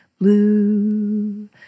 Blue